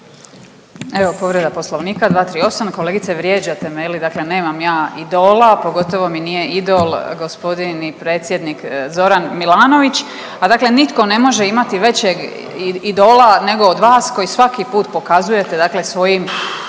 Evo povreda Poslovnika 238., kolegice vrijeđate me je li, dakle nema ja idola, pogotovo mi nije idol gospodin i predsjednik Zoran Milanović, a dakle nitko ne može imati većeg idola nego od vas koji svaki put pokazujete dakle